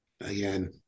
again